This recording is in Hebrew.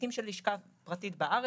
לעתים של לשכה פרטית בארץ,